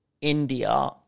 India